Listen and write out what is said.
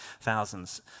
thousands